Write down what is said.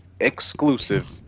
exclusive